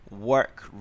work